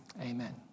Amen